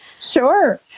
Sure